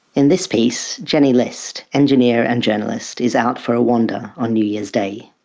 in this piece, jenny list, engineer and journalist, is out for a wander on new year's day.